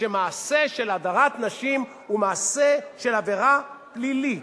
שמעשה של הדרת נשים הוא מעשה של עבירה פלילית,